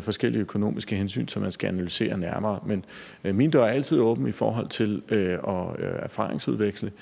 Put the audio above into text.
forskellige økonomiske hensyn, som man skal analysere nærmere. Men min dør er altid åben i forhold til at erfaringsudveksle,